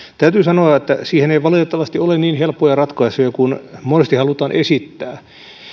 täytyy sanoa että siihen ei valitettavasti ole niin helppoja ratkaisuja kuin monesti halutaan esittää